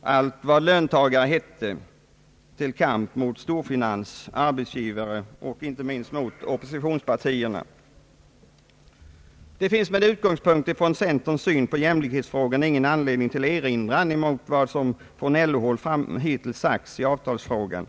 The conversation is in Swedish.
allt vad löntagare hette till kamp mot storfinans, arbetsgivare och inte minst oppositionspartierna. Det finns med utgångspunkt från centerns syn på jämlikhetsfrågorna ingen anledning till erinran mot vad som från LO-håll hittills sagts i avtalsfrågan.